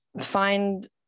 find